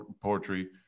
poetry